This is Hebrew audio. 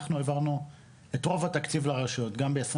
אנחנו העברנו את רוב התקציב לרשויות גם ב-2021